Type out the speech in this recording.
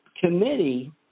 committee